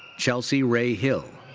chelsea rae hill.